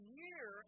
year